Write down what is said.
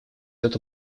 эту